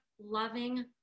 loving